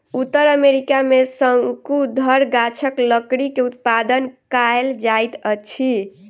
उत्तर अमेरिका में शंकुधर गाछक लकड़ी के उत्पादन कायल जाइत अछि